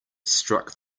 struck